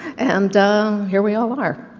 and here we all are,